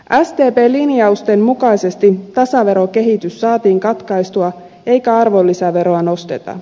sdpn linjausten mukaisesti tasaverokehitys saatiin katkaistua eikä arvonlisäveroa nosteta